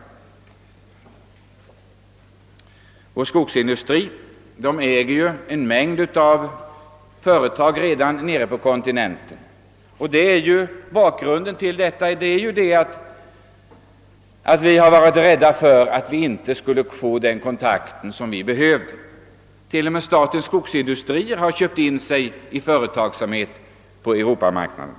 Vår skogsindustri äger redan en mängd företag på kontinenten. Bakgrunden härtill är att man har varit rädd att vi inte får den kontakt som vi behöver. T. o. m. statens skogsindustrier har köpt in sig i företagsamhet på Europamarknaden.